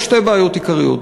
יש שתי בעיות עיקריות.